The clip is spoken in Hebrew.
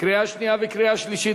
קריאה שנייה וקריאה שלישית,